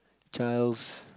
child's